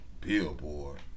billboard